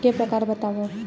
के प्रकार बतावव?